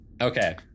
Okay